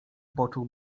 poczuł